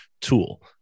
tool